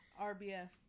RBF